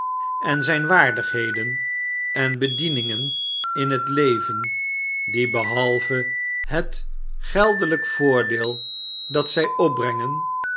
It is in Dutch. er zijn waardigheden en bedieningen in het leven die behalve het geldelijk voordeel dat zij opbrengen